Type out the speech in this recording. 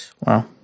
Wow